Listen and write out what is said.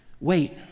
wait